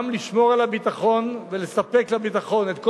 גם לשמור על הביטחון ולספק לביטחון את כל